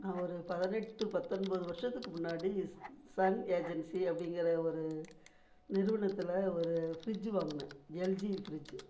நான் ஒரு பதினெட்டு பத்தொம்பது வருஷத்துக்கு முன்னாடி சன் ஏஜென்சி அப்படிங்குற ஒரு நிறுவனத்தில் ஒரு ஃப்ரிட்ஜி வாங்கின எல்ஜி ஃப்ரிட்ஜி